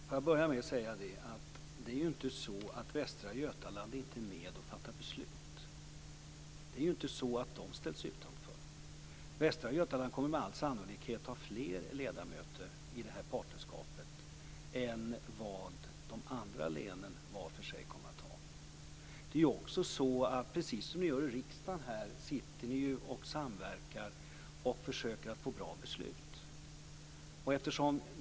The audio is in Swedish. Fru talman! Det är inte så att Västra Götaland inte är med och fattar beslut. Det är inte så att Västra Götaland ställs utanför. Västra Götaland kommer med all sannolikhet att ha fler ledamöter i partnerskapet än vad de andra länen var för sig kommer att ha. Precis som i riksdagen samverkar ni för att få bra beslut.